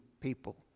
people